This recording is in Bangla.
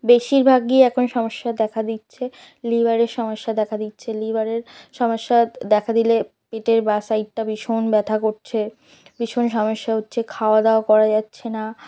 বেশিরভাগই এখন সমস্যা দেখা দিচ্ছে লিভারের সমস্যা দেখা দিচ্ছে লিভারের সমস্যা দেখা দিলে পেটের বাঁ সাইডটা ভীষণ ব্যথা করছে ভীষণ সমস্যা হচ্ছে খাওয়া দাওয়া করা যাচ্ছে না